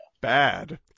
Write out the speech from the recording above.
Bad